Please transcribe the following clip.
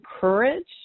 courage